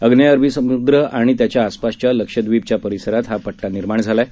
अग्नेय अरबी समुद्र आणि त्याच्या आसपासच्या लक्षदवीपच्या परिसरात हा पट्टा निर्माण झाला आहे